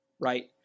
right